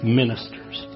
ministers